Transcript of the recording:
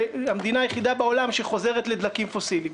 היא המדינה היחידה בעולם שחוזרת לדלקים פוסיליים.